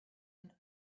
and